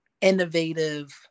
innovative